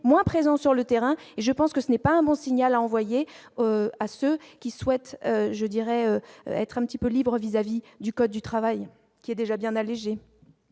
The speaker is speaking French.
moins présent sur le terrain et je pense que ce n'est pas un bon signal envoyé à ceux qui souhaitent, je dirais, être un petit peu libre vis-à-vis du code du travail qui est déjà bien alléger.